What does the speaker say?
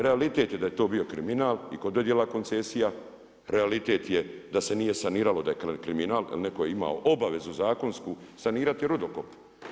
Realitet je da je to bio kriminal i kod dodjela koncesija, realitet je da se nije saniralo da je kriminal jer neko je imao obavezu zakonsku sanirati rudokop.